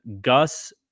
Gus